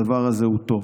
הדבר הזה הוא טוב.